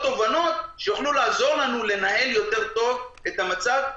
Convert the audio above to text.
תובנות שיוכלו לעזור לנו לנהל יותר טוב את המצב.